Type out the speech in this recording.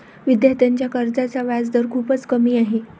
विद्यार्थ्यांच्या कर्जाचा व्याजदर खूपच कमी आहे